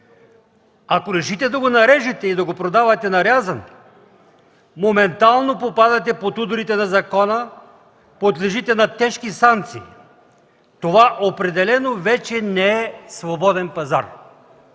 Ако решите да го нарежете и да го продавате нарязан, моментално попадате под ударите на закона, подлежите на тежки санкции. Това определено вече не е свободен пазар.